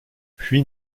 puis